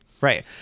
Right